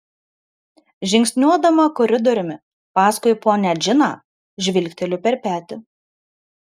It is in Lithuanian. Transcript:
žingsniuodama koridoriumi paskui ponią džiną žvilgteliu per petį